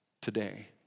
today